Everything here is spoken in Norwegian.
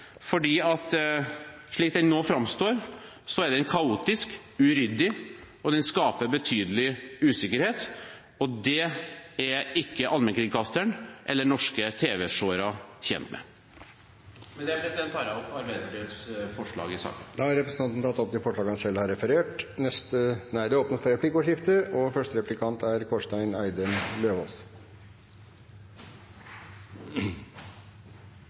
slik den nå framstår, er den kaotisk, uryddig, og den skaper betydelig usikkerhet. Det er ikke allmennkringkasteren eller norske tv-seere tjent med. Med dette tar jeg opp Arbeiderpartiets forslag i saken. Da har representanten Arild Grande tatt opp de forslagene han refererte til. Det blir replikkordskifte. Jeg har lyst til å begynne med det